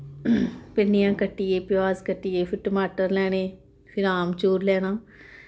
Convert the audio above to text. भिंडियां कट्टियै प्याज कट्टियै फिर टमाटर लैने फिर अम्ब चूर लैना